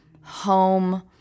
Home